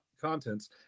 contents